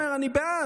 אומר: אני בעד,